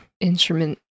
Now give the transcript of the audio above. instrument